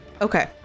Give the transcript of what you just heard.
Okay